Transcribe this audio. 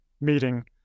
meeting